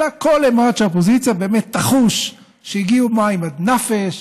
אלא כל אימת שהאופוזיציה באמת תחוש שהגיעו מים עד נפש,